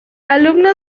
alumno